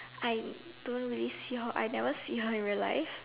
I don't really see how I never seen her in real life